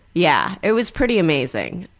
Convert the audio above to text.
yeah, it was pretty amazing.